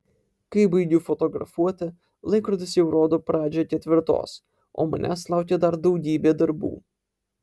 kai baigiu fotografuoti laikrodis jau rodo pradžią ketvirtos o manęs laukia dar daugybė darbų